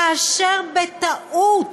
כאשר בטעות